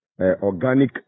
organic